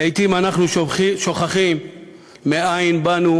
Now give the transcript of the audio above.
לעתים אנחנו שוכחים מאין באנו